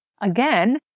Again